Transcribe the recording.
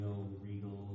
Regal